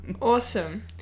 awesome